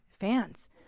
fans